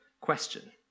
question